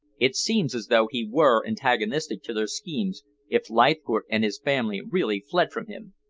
it seems as though he were antagonistic to their schemes, if leithcourt and his family really fled from him.